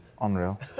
Unreal